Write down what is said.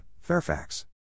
Fairfax